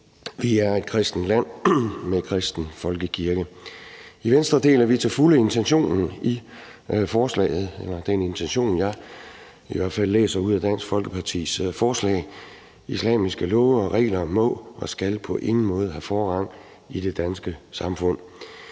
vi er et kristent land med en kristen folkekirke. I Venstre deler vi til fulde intentionen i forslaget, i hvert fald den intention, jeg læser ud af Dansk Folkepartis forslag. Islamiske love og regler må og skal på ingen måde have forrang i det danske samfund.